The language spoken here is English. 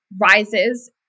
rises